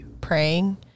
praying